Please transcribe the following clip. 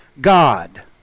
God